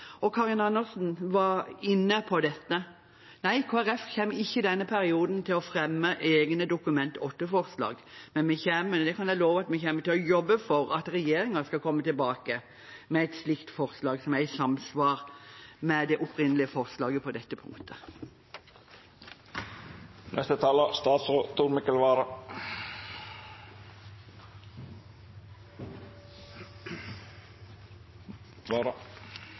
og Karin Andersen var inne på dette. Nei, Kristelig Folkeparti kommer ikke i denne perioden til å fremme egne Dokument 8-forslag, men – og det kan jeg love – vi kommer til å jobbe for at regjeringen skal komme tilbake med et forslag som er i samsvar med det opprinnelige forslaget på dette